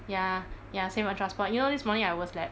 ya ya save on transport you know this morning I overslept